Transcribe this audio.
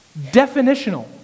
Definitional